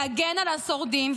להגן על השורדים,